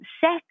sex